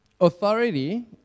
authority